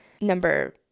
number